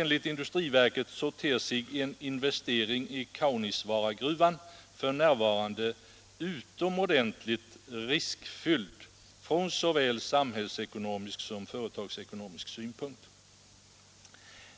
Enligt industriverket ter sig en investering i Kaunisvaaragruvan f. n. utomordentligt riskfylld från såväl samhällsekonomisk som företagsekonomisk synpunkt.